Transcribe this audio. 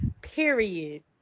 Period